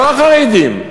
לא החרדים.